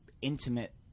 intimate